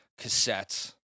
Cassettes